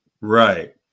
right